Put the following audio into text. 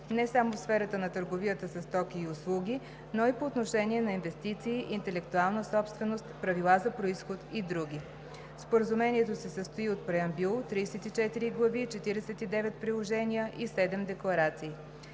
не само в сферата на търговията със стоки и услуги, но и по отношение на инвестиции, интелектуална собственост, правила за произход и други. Споразумението се състои от преамбюл, 34 глави, 49 приложения и 7 декларации.